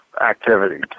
activities